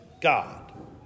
God